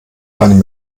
einem